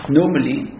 normally